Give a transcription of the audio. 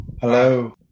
Hello